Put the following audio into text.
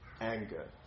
anger